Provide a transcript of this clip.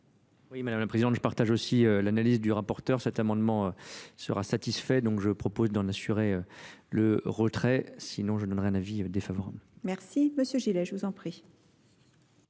Oui, Mᵐᵉ la Présidente, je partage aussi l'analyse du rapporteur Cet amendement sera satisfait, donc je propose d'en assurer le retrait, sinon je donnerai un avis défavorable, Merci, M., Gilet, je vous en prie.